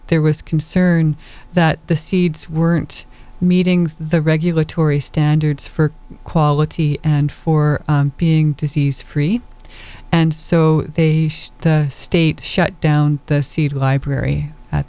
there was concern that the seeds weren't meeting the regulatory standards for quality and for being disease free and so they state shut down the seed library at